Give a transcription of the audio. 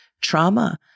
trauma